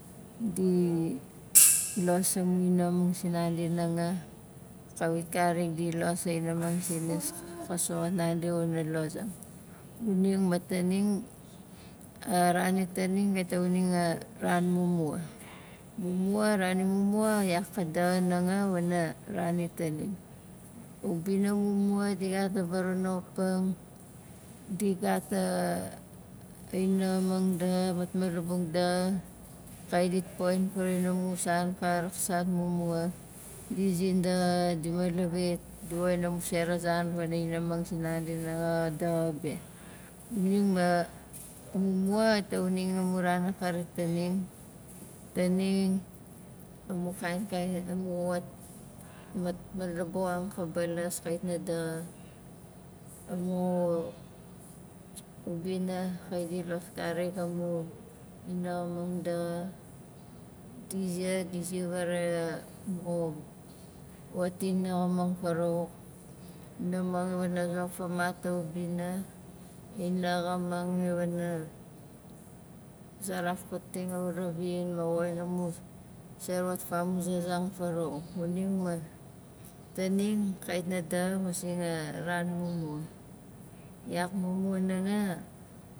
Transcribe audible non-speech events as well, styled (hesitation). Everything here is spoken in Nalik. Di los amu inaxamang sinandi nanga kawit karik di los a inaxamang sinas ka soxot nandi wana lozang xuning ma taning a ran itaning kait na xuning a ran mumua mumua, a ran imumua yak ka daxa nanga wana ran itaning ubina imumua di gat a varanopang, di gat (hesitation) a inaxamang daxa, matmalabuk daxa kait dit poxin farawauin amu san ka raksat mumua di zin daxa, di malavit, di woxin amu zera zan pana inaxamang sinandi nanga xa daxa be xuning ma, mumua xait ha xuning amu ran akari taning taning amu kain kain amu wat- mat- malabuxang ka balas kait na daxa amu ubina kait di los karik amu inaxamang daxa di ziar di ziar varaxai (hesitation) mu wat inaxamang farawauk inaxamang wana zofamat a ubina, inaxamang iwana zarafating a uravin ma woxin amu se ra wat famuzazang farawauk xuning ma, taning kait na daxa masing (hesitation) a ran mumua yak mumua nanga